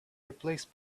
replaced